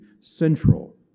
central